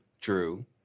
True